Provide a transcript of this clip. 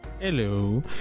Hello